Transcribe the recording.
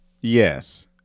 yes